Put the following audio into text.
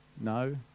No